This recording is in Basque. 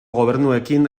gobernuekin